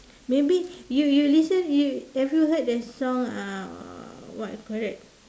maybe you you listen you have you listen the song uh what you call that